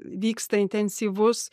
vyksta intensyvus